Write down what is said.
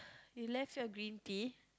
you left your green tea